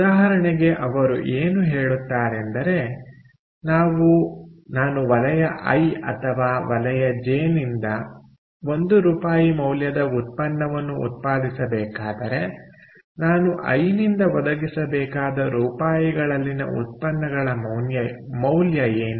ಉದಾಹರಣೆಗೆ ಅವರು ಏನು ಹೇಳುತ್ತಾರೆಂದರೆ ನಾವು ನಾನು ವಲಯ ಐ ಅಥವಾ ವಲಯ ಜೆ ನಿಂದ 1 ರೂಪಾಯಿ ಮೌಲ್ಯದ ಉತ್ಪನ್ನವನ್ನು ಉತ್ಪಾದಿಸಬೇಕಾದರೆ ನಾನು ವಲಯ ಐ ನಿಂದ ಒದಗಿಸಬೇಕಾದ ರೂಪಾಯಿಗಳಲ್ಲಿನ ಉತ್ಪನ್ನಗಳ ಮೌಲ್ಯ ಏನು